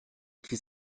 qui